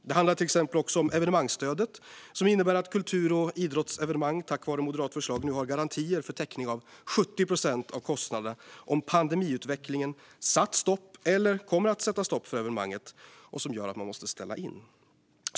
Det handlade till exempel också om evenemangsstödet, som ju innebär att kultur och idrottsevenemang tack vare ett moderat förslag nu har garantier för täckning av 70 procent av kostnaderna om pandemiutvecklingen har satt stopp eller kommer att sätta stopp för evenemanget och gör att man måste ställa in.